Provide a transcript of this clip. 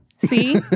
See